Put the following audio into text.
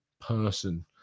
person